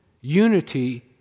unity